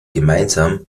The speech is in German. gemeinsam